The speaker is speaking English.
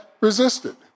resisted